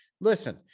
listen